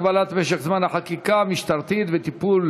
הגבלת משך זמן החקירה המשטרתית וטיפול